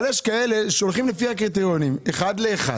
אבל יש כאלה שהולכים לפי הקריטריונים אחד לאחד,